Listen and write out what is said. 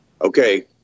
okay